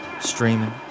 streaming